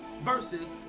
versus